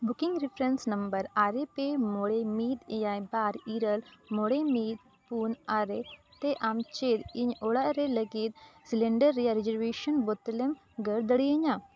ᱟᱨᱮ ᱯᱮ ᱢᱚᱬᱮ ᱢᱤᱫ ᱮᱭᱟᱭ ᱵᱟᱨ ᱤᱨᱟᱹᱞ ᱢᱚᱬᱮ ᱢᱤᱫ ᱯᱩᱱ ᱟᱨᱮ ᱛᱮ ᱟᱢ ᱪᱮᱫ ᱤᱧ ᱚᱲᱟᱜ ᱨᱮ ᱞᱟᱹᱜᱤᱫ ᱨᱮᱭᱟᱜ ᱵᱟᱹᱛᱤᱞᱮᱢ ᱜᱚᱲᱚ ᱫᱟᱲᱮᱭᱤᱧᱟᱹ